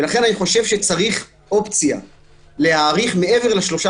לכן צריך אופציה להאריך מעבר לשלושה